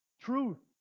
truth